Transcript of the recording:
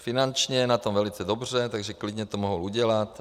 Finančně je na tom velice dobře, takže klidně to mohl udělat.